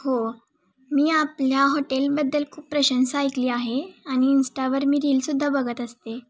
हो मी आपल्या हॉटेलबद्दल खूप प्रशंसा ऐकली आहे आणि इंस्टावर मी रीलसुद्धा बघत असते